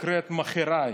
נקראת "מאכעריי",